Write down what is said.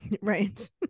Right